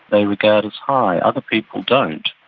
they regard as high. other people don't.